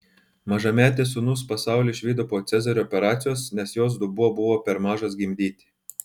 mažametės sūnus pasaulį išvydo po cezario operacijos nes jos dubuo buvo per mažas gimdyti